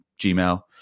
Gmail